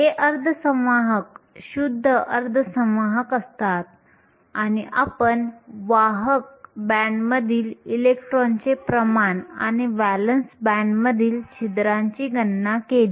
हे अर्धसंवाहक शुद्ध अर्धसंवाहक असतात आणि आपण वाहक बँडमधील इलेक्ट्रॉनचे प्रमाण आणि व्हॅलेन्स बँडमधील छिद्रांची गणना केली